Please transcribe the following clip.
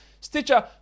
Stitcher